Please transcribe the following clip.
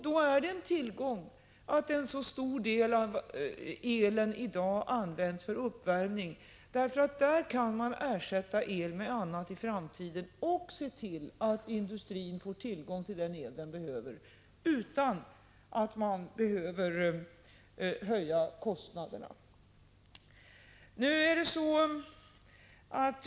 Då är det en tillgång att en så stor del av elen i dag används för uppvärmning, för där kan man i framtiden ersätta el med annat och se till att industrin får tillgång till den el som den behöver utan att vi behöver riskera ökade kostnader.